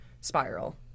spiral